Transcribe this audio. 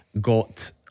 got